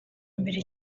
mbere